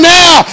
now